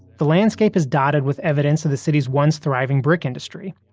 the landscape is dotted with evidence of the city's once-thriving brick industry.